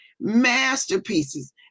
masterpieces